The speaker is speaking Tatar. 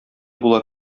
була